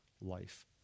life